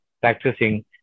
practicing